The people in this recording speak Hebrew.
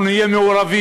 אנחנו נהיה מעורבים.